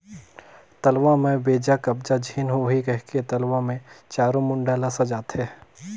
तलवा में बेजा कब्जा झेन होहि कहिके तलवा मे चारों मुड़ा ल सजाथें